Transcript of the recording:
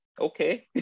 Okay